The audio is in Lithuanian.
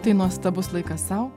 tai nuostabus laikas sau